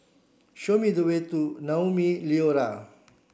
show me the way to Naumi Liora